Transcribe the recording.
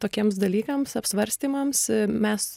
tokiems dalykams apsvarstymams mes